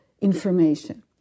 information